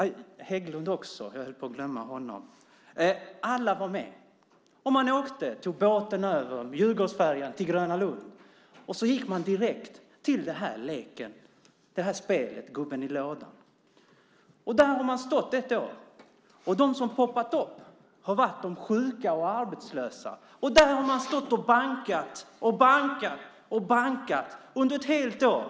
Och Hägglund också - jag höll på att glömma honom! Alla var med. Man tog Djurgårdsfärjan över till Gröna Lund, och så gick man direkt till spelet med gubben i lådan. Där har man nu stått i ett år. De som har poppat upp har varit de sjuka och arbetslösa. Där har man stått och bankat och bankat under ett helt år.